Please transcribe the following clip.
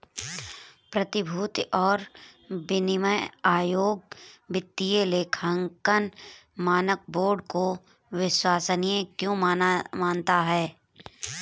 प्रतिभूति और विनिमय आयोग वित्तीय लेखांकन मानक बोर्ड को विश्वसनीय क्यों मानता है?